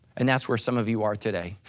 and that's where some of you are today,